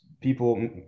people